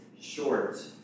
short